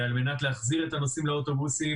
על מנת להחזיר את הנוסעים לאוטובוסים,